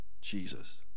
jesus